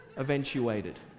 eventuated